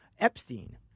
Epstein